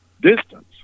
distance